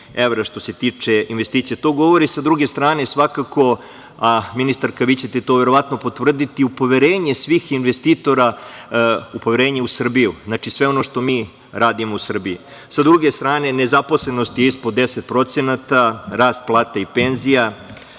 što se tiče investicija. To govori, sa druge strane, svakako, ministarka, vi ćete to verovatno i potvrditi, o poverenju svih investitora u Srbiju. Znači, u sve ono što mi radimo u Srbiji. Sa druge strane, nezaposlenost je ispod 10%, rast plata i penzija.